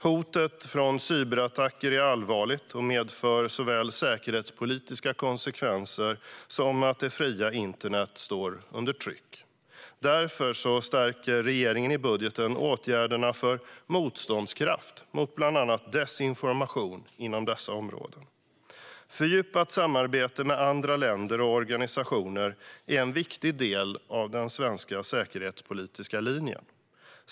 Hotet från cyberattacker är allvarligt och medför såväl säkerhetspolitiska konsekvenser som att det fria internet står under tryck. Därför stärker regeringen i budgeten åtgärderna för motståndskraft mot bland annat desinformation inom dessa områden. Fördjupat samarbete med andra länder och organisationer är en viktig del av den svenska säkerhetspolitiska linjen.